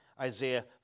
Isaiah